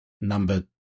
number